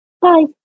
Bye